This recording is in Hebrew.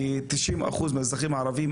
כי 90% מהאזרחים הערבים,